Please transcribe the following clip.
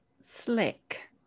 slick